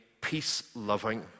peace-loving